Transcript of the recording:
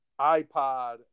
iPod